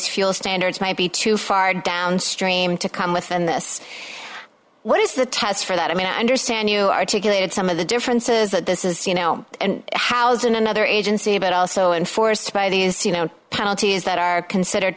fuel standards might be too far downstream to come within this what is the test for that i mean i understand you articulated some of the differences that this is you know and housed in another agency but also enforced by these you know penalties that are considered